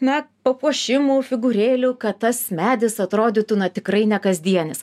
na papuošimų figūrėlių kad tas medis atrodytų na tikrai nekasdienis